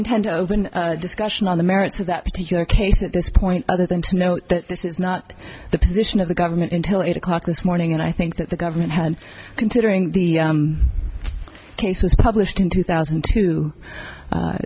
intend to open discussion on the merits of that particular case at this point other than to note that this is not the position of the government until eight o'clock this morning and i think that the government had considering the case was published in two thousand